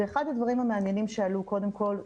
אחד הדברים המעניינים שעלו קודם כל,